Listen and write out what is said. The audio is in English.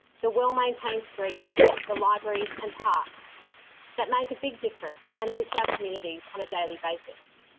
the well-maintained streets, the libraries and parks that make a big difference and enrich our communities on a daily basis.